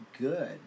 good